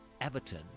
Everton